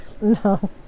No